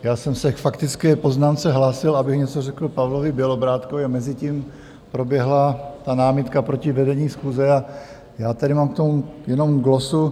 Já jsem se k faktické poznámce hlásil, abych něco řekl Pavlovi Bělobrádkovi, a mezitím proběhla námitka proti vedení schůze, a já tedy mám k tomu jenom glosu.